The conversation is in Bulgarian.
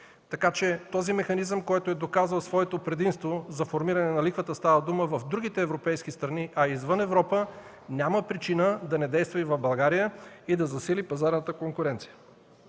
Така че този механизъм, който е доказал своето предимство – за формиране на лихвата става дума, в другите европейски страни, а и извън Европа, няма причина да не действа и в България и да засили пазарната конкуренция.